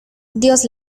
dios